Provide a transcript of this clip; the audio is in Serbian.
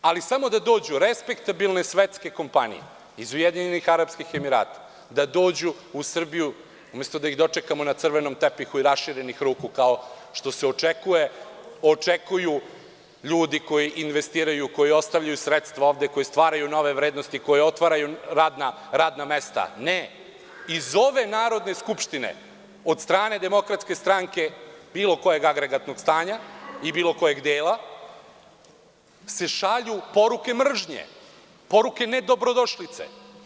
Ali samo da dođu respektabilne, svetske kompanije iz UAE, da dođu u Srbiju, umesto da ih dočekamo na crvenom tepihu i raširenih ruku kao što se i očekuje, očekuju ljudi koji investiraju, koji ostavljaju sredstva ovde, koji stvaraju nove vrednosti, koji otvaraju radna mesta, ne, iz ove Narodne skupštine, od strane DS bilo kojeg agregatnog stanja i bilo kojeg dela šalju se poruke mržnje, poruke nedobrodošlice.